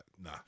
Nah